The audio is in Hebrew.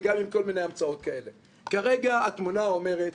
וגם אם יש כל מיני המצאות כאלה כרגע התמונה אומרת